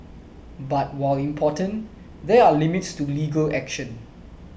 but while important there are limits to legal action